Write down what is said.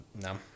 no